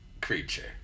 creature